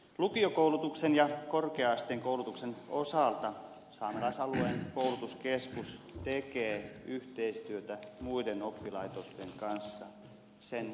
lukiokoulutuksen ja korkea asteen koulutuksen osalta saamelaisalueen koulutuskeskus tekee yhteistyötä muiden oppilaitosten kanssa sen tukea tarvitaan